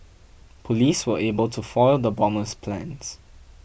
police were able to foil the bomber's plans